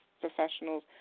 professionals